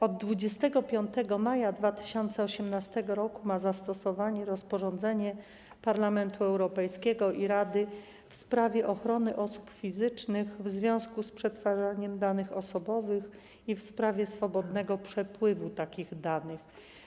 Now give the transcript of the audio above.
Od 25 maja 2018 r. ma zastosowanie rozporządzenie Parlamentu Europejskiego i Rady w sprawie ochrony osób fizycznych w związku z przetwarzaniem danych osobowych i w sprawie swobodnego przepływu takich danych.